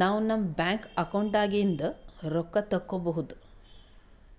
ನಾವ್ ನಮ್ bank account ದಾಗಿಂದ್ ರೊಕ್ಕ ತಕ್ಕೋಬಹುದ್